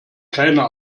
keine